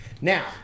now